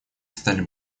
стали